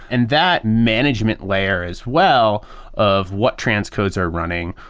and that management layer as well of what transcodes are running,